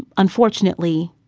unfortunately,